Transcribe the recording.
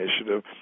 initiative